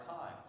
time